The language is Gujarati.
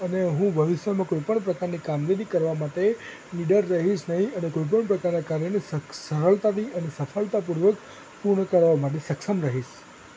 અને હું ભવિષ્યમાં કોઈપણ પ્રકારની કામગીરી કરવા માટે નીડર રહીશ નહીં અને કોઈપણ પ્રકારનાં કાર્યને સ સરળતાથી અને સફળતાપૂર્વક પૂર્ણ કરવા માટે સક્ષમ રહીશ